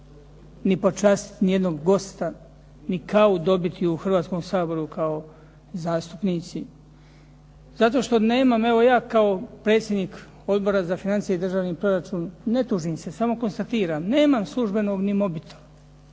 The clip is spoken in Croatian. ni počastit jednog gosta, ni kavu dobiti u Hrvatskom saboru kao zastupnici. Evo ja kao predsjednik Odbora za financije i državni proračun, ne tužim se nego samo konstatiram, nemam ni službenog mobitela.